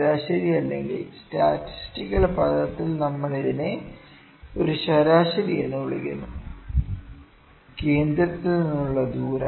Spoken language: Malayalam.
ശരാശരി അല്ലെങ്കിൽ സ്റ്റാറ്റിസ്റ്റിക്കൽ പദത്തിൽ നമ്മൾ ഇതിനെ ഒരു ശരാശരി എന്ന് വിളിക്കുന്നു കേന്ദ്രത്തിൽ നിന്നുള്ള ദൂരം